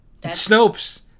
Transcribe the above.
Snopes